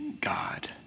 God